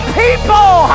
people